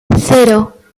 cero